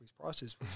prices